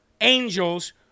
angels